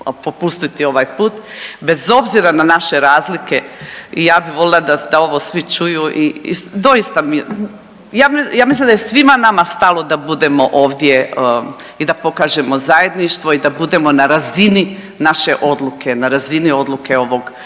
popustiti ovaj put bez obzira na naše razlike. I ja bi volila da ovo svi čuju i doista mi je ja mislim da je svima nama stalo da budemo ovdje i da pokažemo zajedništvo i da budemo na razini naše odluke, na razini odluke ovog